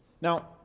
Now